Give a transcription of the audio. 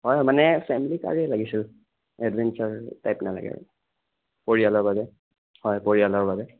হয় মানে ফেমেলী কাৰেই লাগিছিল এডভেন্সাৰ টাইপ নালাগে আৰু পৰিয়ালৰ বাবে হয় পৰিয়ালৰ বাবে